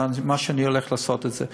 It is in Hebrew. שאני הולך לעשות את זה.